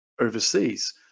overseas